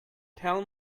tell